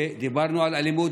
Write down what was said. דיברנו על אלימות,